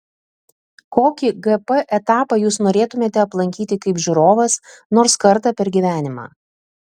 kokį gp etapą jūs norėtumėte aplankyti kaip žiūrovas nors kartą per gyvenimą